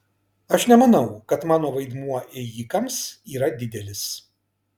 aš nemanau kad mano vaidmuo ėjikams yra didelis